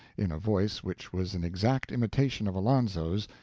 in a voice which was an exact imitation of alonzo's,